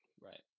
Right